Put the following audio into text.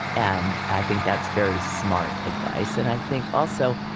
and i think that's very smart advice, and i think also,